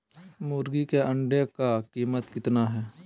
मुर्गी के अंडे का कीमत कितना है?